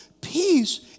Peace